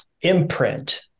imprint